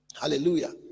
Hallelujah